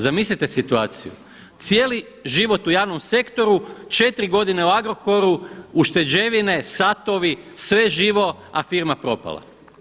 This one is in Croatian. Zamislite situaciju, cijeli život u javnom sektoru, četiri godine u Agrokoru, ušteđevine, satovi sve živo, a firma propala.